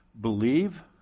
believe